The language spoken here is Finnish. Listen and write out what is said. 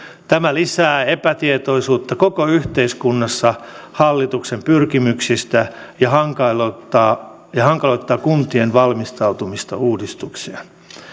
tämä lisää epätietoisuutta koko yhteiskunnassa hallituksen pyrkimyksistä ja hankaloittaa ja hankaloittaa kuntien valmistautumista uudistukseen